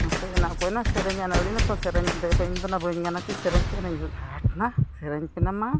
ᱢᱟᱥᱮ ᱮᱱᱟ ᱚᱠᱚᱭᱱᱟ ᱥᱮᱨᱮᱧᱟᱭ ᱟᱹᱰᱤ ᱱᱟᱠᱚ ᱥᱮᱨᱮᱧ ᱮᱫ ᱫᱚ ᱮ ᱵᱷᱟᱹᱭ ᱤᱧ ᱫᱚᱱᱟ ᱵᱟᱹᱧ ᱜᱟᱱᱟ ᱥᱮᱨᱮᱧ ᱠᱚ ᱦᱚᱸ ᱱᱟ ᱦᱟᱴᱱᱟ ᱥᱮᱨᱮᱧ ᱯᱮᱱᱟ ᱢᱟ